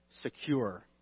secure